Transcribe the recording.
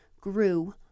grew